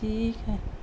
ٹھیک ہے